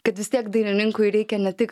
kad vis tiek dainininkui reikia ne tik